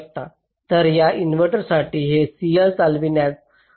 तर या इन्व्हर्टरसाठी हे CL चालविण्यास डिलेज होईल